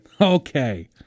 Okay